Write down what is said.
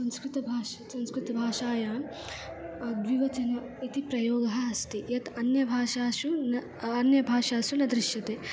संस्कृतभाष् संस्कृतभाषायां द्विवचनम् इति प्रयोगः अस्ति यत् अन्यभाषासु न अन्यभाषासु न दृश्यते